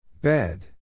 Bed